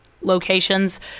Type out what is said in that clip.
locations